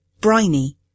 Briny